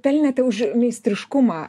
pelnėte už meistriškumą